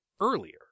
earlier